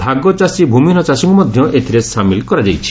ଭାଗଚାଷୀ ଭ୍ମିହୀନ ଚାଷୀଙ୍କୁ ମଧ୍ଧ ଏଥିରେ ସାମିଲ କରାଯାଇଛି